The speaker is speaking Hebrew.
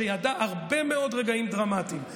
שידע הרבה מאוד רגעים דרמטיים,